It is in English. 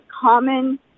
common